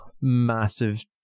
massive